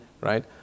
right